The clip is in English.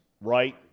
right